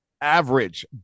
average